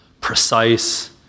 precise